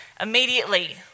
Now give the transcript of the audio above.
Immediately